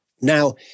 Now